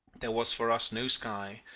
there was for us no sky,